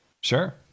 Sure